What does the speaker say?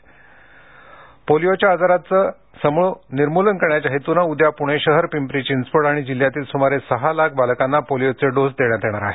polio पोलिओच्या आजाराचे उच्चाटन करण्याच्या हेतूने उद्या पुणे शहर पिंपरी चिंचवड आणि जिल्ह्यातील सुमारे सहा लाख बालकांना पोलिओचे डोस देण्यात येणार आहेत